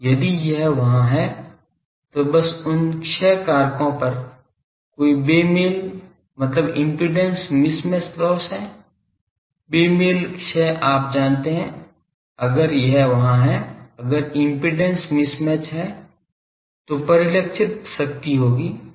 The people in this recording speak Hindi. यदि यह वहां है तो बस उन क्षय कारकों पर कोई बेमेल मतलब इम्पीडेन्स मिसमैच लॉस है बेमेल क्षय आप जानते हैं अगर यह वहां है अगर इम्पीडेन्स मिसमैच है तो परिलक्षित शक्ति होगी